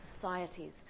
societies